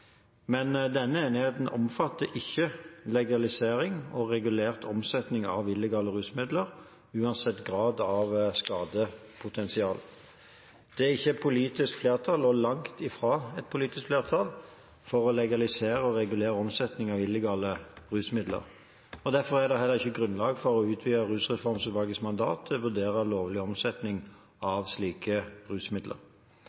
Men denne enigheten omfatter ikke legalisering og regulert omsetning av illegale rusmidler, uansett graden av skadepotensial. Det er ikke politisk flertall – det er langt fra et politisk flertall – for å legalisere og regulere omsetningen av illegale rusmidler. Derfor er det heller ikke grunnlag for å utvide rusreformutvalgets mandat til å vurdere lovlig omsetning